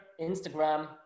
Instagram